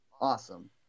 awesome